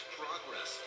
progress